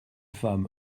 femme